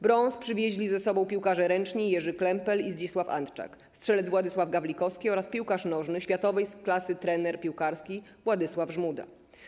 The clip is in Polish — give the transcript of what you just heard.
Brąz przywieźli ze sobą piłkarze ręczni: Jerzy Klempel i Zdzisław Antczak, strzelec Wiesław Gawlikowski oraz piłkarz nożny, światowej klasy trener piłkarski Władysław Żmuda.